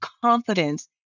confidence